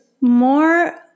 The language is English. more